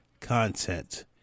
content